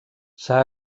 s’ha